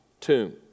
tomb